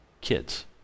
kids